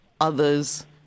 others